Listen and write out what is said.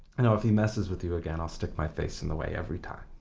you know, if he messes with you again i'll stick my face in the way every time.